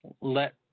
let